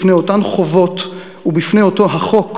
בפני אותן חובות ובפני אותו החוק,